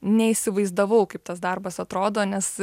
neįsivaizdavau kaip tas darbas atrodo nes